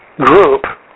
group